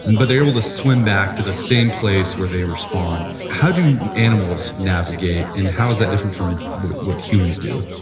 and but they're able to swim back to the same place where they were spawned. how do animals navigate? and how is that different from what humans do?